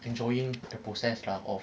enjoying the process lah of